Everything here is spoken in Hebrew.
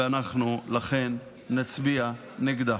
ולכן אנחנו נצביע נגדה.